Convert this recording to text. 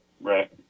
right